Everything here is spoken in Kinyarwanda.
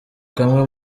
kamwe